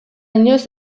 inoiz